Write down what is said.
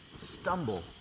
stumble